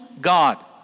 God